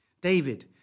David